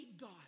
God